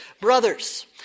Brothers